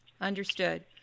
Understood